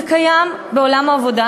זה קיים בעולם העבודה,